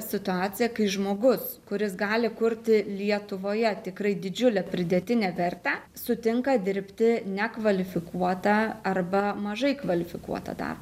situaciją kai žmogus kuris gali kurti lietuvoje tikrai didžiulę pridėtinę vertę sutinka dirbti nekvalifikuotą arba mažai kvalifikuotą darbą